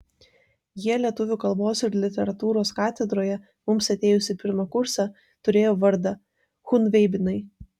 jie lietuvių kalbos ir literatūros katedroje mums atėjus į pirmą kursą turėjo vardą chunveibinai